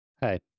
Hey